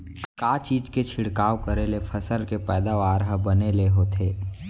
का चीज के छिड़काव करें ले फसल के पैदावार ह बने ले होथे?